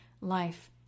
life